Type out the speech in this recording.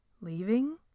Leaving